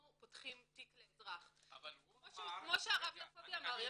פותחים תיק לאזרח" כמו שהרב יעקבי אמר,